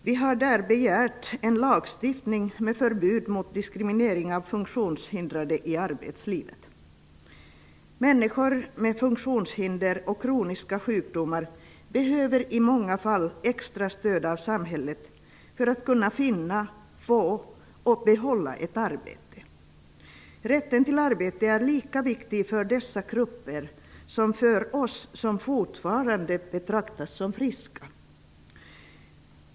Vi har där begärt en lagstiftning med förbud mot diskriminering av funktionshindrade i arbetslivet. Människor med funktionshinder och kroniska sjukdomar behöver i många fall extra stöd av samhället för att kunna finna, få och behålla ett arbete. Rätten till arbete är lika viktig för dessa grupper som för oss som fortfarande betraktas som friska.